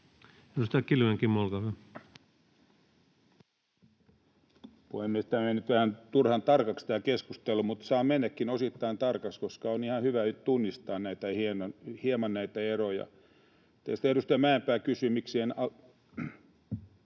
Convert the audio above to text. Puhemies! Tämä keskustelu meni nyt vähän turhan tarkaksi, mutta saa mennäkin osittain tarkaksi, koska on ihan hyvä nyt tunnistaa hieman näitä eroja. Edustaja Mäenpää kysyi, miksi en